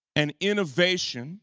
an innovation